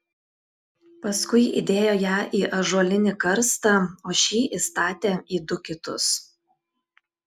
paskui įdėjo ją į ąžuolinį karstą o šį įstatė į du kitus